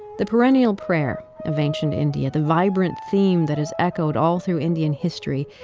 the perennial prayer of ancient india, the vibrant theme that is echoed all through indian history,